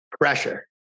pressure